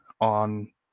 on